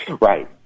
Right